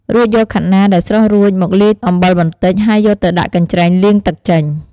រួចយកខាត់ណាដែលស្រុះរួចមកលាយអំបិលបន្តិច ហើយយកទៅដាក់កញ្ច្រែងលាងទឹកចេញ។